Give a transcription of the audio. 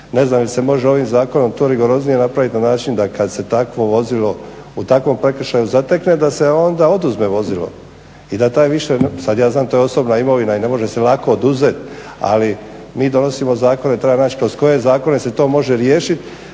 ne znam da li se može ovim zakonom to rigoroznije napraviti na način da kada se takvo vozilo u takvom prekršaju zatekne da se onda oduzme vozilo i da taj više, sada ja znam to je osobna imovina i ne može se lako oduzeti ali mi donosimo, treba naći kroz koje zakone se to može riješiti